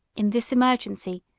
in this emergency,